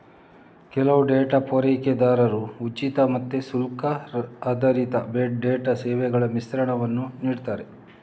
ಕೆಲವು ಡೇಟಾ ಪೂರೈಕೆದಾರರು ಉಚಿತ ಮತ್ತೆ ಶುಲ್ಕ ಆಧಾರಿತ ಡೇಟಾ ಸೇವೆಗಳ ಮಿಶ್ರಣವನ್ನ ನೀಡ್ತಾರೆ